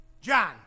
John